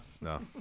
No